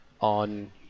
on